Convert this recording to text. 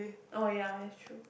oh ya that's true